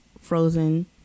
frozen